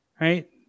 Right